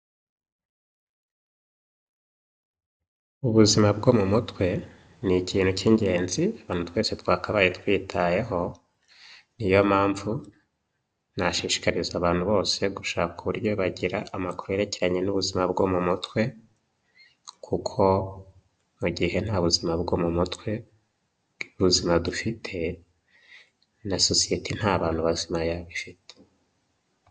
Ubuzima bwo mu mutwe ni ikintu k'ingenzi abantu twese twakabaye twitayeho, ni yo mpamvu nashishikariza abantu bose gushaka uburyo bagira amakuru yerekerenya n'ubuzima bwo mu mutwe, kuko mu gihe nta buzima bwo mu mutwe, buzima dufite, na sosiyete nta bantu bazima Yaba ifite.